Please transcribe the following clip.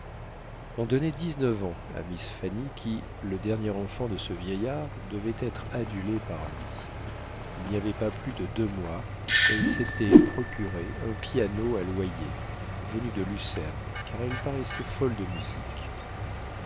on donnait dix-neuf ans à miss fanny qui le dernier enfant de ce vieillard devait être adulée par lui il n'y avait pas plus de deux mois elle s'était procuré un piano à loyer venu de lucerne car elle paraissait folle de musique